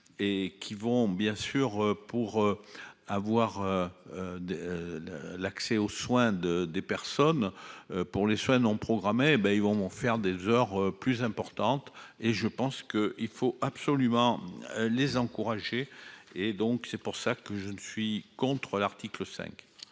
et qui vont bien sûr pour. Avoir. De. L'accès aux soins de des personnes pour les soins non programmés. Ben ils vont faire des heures plus importante et je pense que il faut absolument les encourager. Et donc c'est pour ça que je ne suis contre l'article 5.--